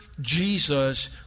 Jesus